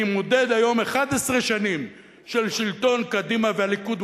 אני מודד היום 11 שנים של שלטון קדימה והליכוד,